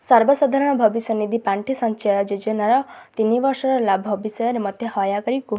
ସର୍ବସାଧାରଣ ଭବିଷ୍ୟ ନିଧି ପାଣ୍ଠି ସଞ୍ଚୟ ଯୋଜନାର ତିନି ବର୍ଷର ଲାଭ ବିଷୟରେ ମୋତେ ଦୟାକରି କୁହ